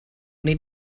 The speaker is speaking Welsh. wnei